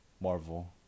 Marvel